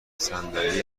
صندلی